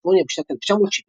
קליפורניה בשנת 1970,